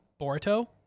boruto